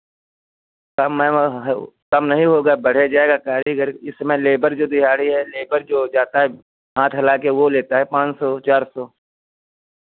कम ma'am कम नहीं होगा अब बढ़े जाएगा कारीगर इस समय लेबर जो दिहाड़ी है लेबर जो जाता है हाथ हिला के वो लेता है पाँच सौ चार सौ